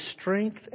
strength